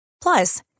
Plus